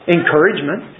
encouragement